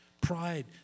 Pride